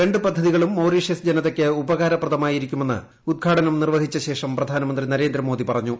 രണ്ട് പദ്ധതികളും മൌറീഷ്യസ് ജനതയ്ക്ക് ഉപകാരപ്രദമായിരിക്കുമെന്ന് ഉദ്ഘാടനം നിർവ്വഹിച്ച ശേഷം പ്രധാനമന്ത്രി നരേന്ദ്ര മോദി പറഞ്ഞു